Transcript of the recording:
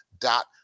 dot